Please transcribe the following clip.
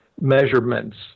measurements